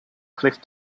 cliff